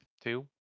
Two